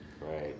right